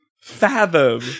fathom